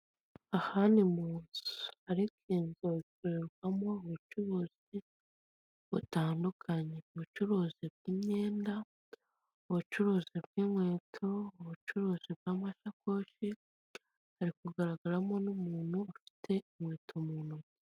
Aha ni mu nzu ariko iyi nzu ikorerwamo ubucuruzi butandukanye, ubucuruzi bw'imyenda, ubucuruzi bw'inkweto, ubucuruzi bw'amasakoshi , hari kugaragaramo n'umuntu ufite inkweto mu ntoki.